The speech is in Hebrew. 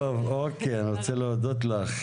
אני רוצה להודות לך,